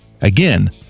again